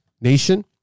nation